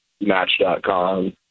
Match.com